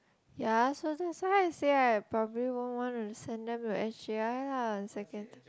ya so so so how you say I probably won't want to send them to s_j_i lah in second